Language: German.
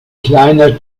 kleiner